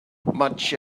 much